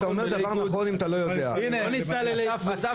אני אמרתי את מה שאמרתי חלק בעקבות שיחות